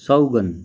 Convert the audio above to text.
सौगन